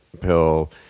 pill